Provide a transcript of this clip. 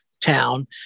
town